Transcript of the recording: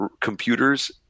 computers